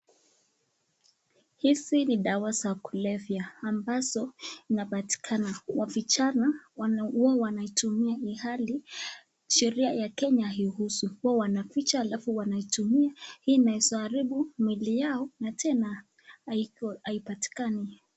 Hizi ni dawa za kulevya ambazo inapatikana. Vijana huwa wanaitumia ilhali sheria ya Kenya hairuhusu. Huwa wanaficha halafu wanaitumia. Hii inaeza haribu miili yao na tena haipatikani.